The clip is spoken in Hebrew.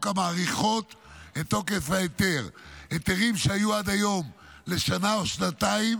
המאריכות את תוקף ההיתר: היתרים שהיו עד היום לשנה או שנתיים